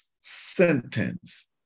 sentence